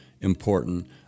important